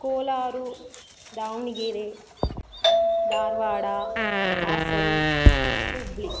Kolar Davanagere Dharwad Hassan Hubballi